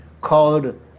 called